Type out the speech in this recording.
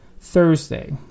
Thursday